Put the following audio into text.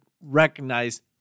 recognize